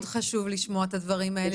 מאוד חשוב לשמוע את הדברים האלה,